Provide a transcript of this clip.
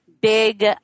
big